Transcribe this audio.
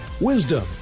Wisdom